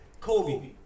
Kobe